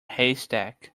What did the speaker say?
haystack